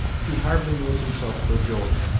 he hardly knows himself for joy.